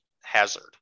hazard